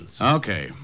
Okay